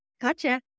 gotcha